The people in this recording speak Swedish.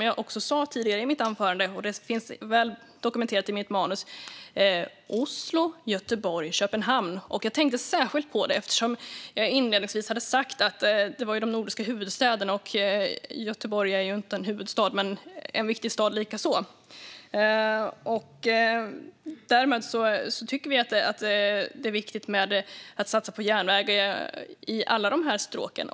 Jag sa tidigare, i mitt anförande - det finns också väl dokumenterat i mitt manus - Oslo-Göteborg-Köpenhamn. Jag tänkte särskilt på det eftersom jag inledningsvis hade sagt att det handlade om de nordiska huvudstäderna, och Göteborg är ju inte en huvudstad, men likafullt en viktig stad. Vi tycker alltså att det är viktigt att satsa på järnvägen på alla de stråken.